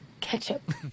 Ketchup